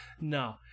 No